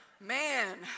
Man